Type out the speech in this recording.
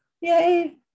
Yay